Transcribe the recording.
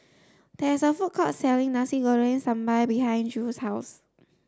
there is a food court selling Nasi Goreng Sambal behind Drew's house